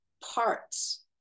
parts